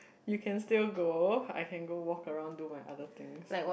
you can still go I can go walk around do my other things